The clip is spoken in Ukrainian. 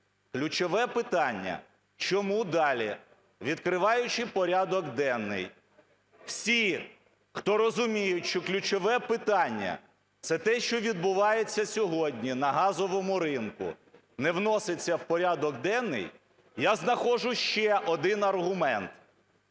Ключове питання: чому далі, відкриваючи порядок денний, всі, хто розуміють, що ключове питання – це те, що відбувається сьогодні на газовому ринку – не вноситься в порядок денний? Я знаходжу ще один аргумент.